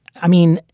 i mean,